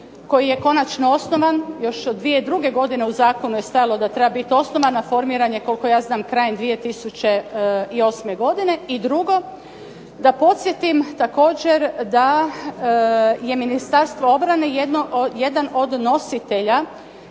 koji je konačno osnovan. Još od 2002. godine u zakonu je stajalo da treba bit osnovan, a formiran je koliko ja znam krajem 2008. godine. I drugo, da podsjetim također da je Ministarstvo obrane jedan od nositelja